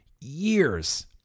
years